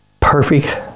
perfect